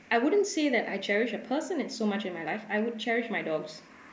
I wouldn't say that I cherish a person in so much in my life I would cherish my dogs